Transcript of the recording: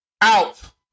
out